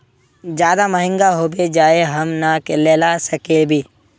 ज्यादा महंगा होबे जाए हम ना लेला सकेबे?